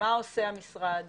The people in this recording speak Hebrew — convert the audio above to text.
מה עושה המשרד